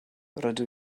rydw